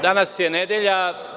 Danas je nedelja.